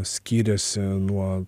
skyrėsi nuo